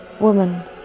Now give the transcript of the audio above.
Woman